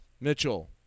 Mitchell